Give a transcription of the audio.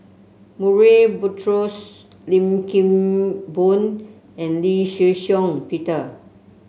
Murray Buttrose Lim Kim Boon and Lee Shih Shiong Peter